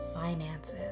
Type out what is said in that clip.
finances